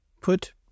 put